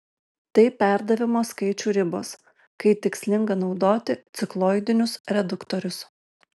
tai perdavimo skaičių ribos kai tikslinga naudoti cikloidinius reduktorius